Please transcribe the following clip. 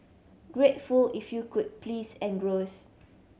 grateful if you could please engross